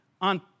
on